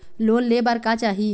Loan ले बार का चाही?